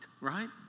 right